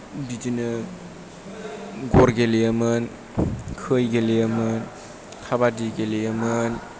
बिदिनो गर गेलेयोमोन खै गेलेयोमोन खाबादि गेलेयोमोन